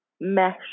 mesh